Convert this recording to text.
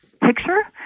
picture